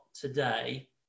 today